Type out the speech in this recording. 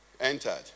entered